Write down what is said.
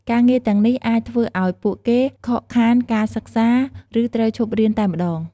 ការងារទាំងនេះអាចធ្វើឲ្យពួកគេខកខានការសិក្សា ឬត្រូវឈប់រៀនតែម្តង។